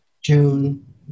June